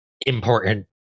important